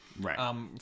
Right